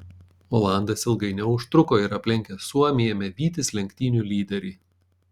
olandas ilgai neužtruko ir aplenkęs suomį ėmė vytis lenktynių lyderį